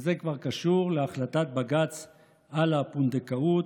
וזה כבר קשור להחלטת בג"ץ על הפונדקאות,